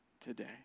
today